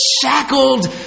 shackled